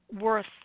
worth